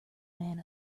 man